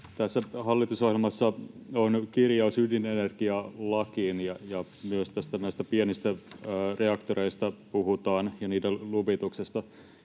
Tässä hallitusohjelmassa on kirjaus ydinenergialaista ja myös näistä pienistä reaktoreista ja niiden luvituksesta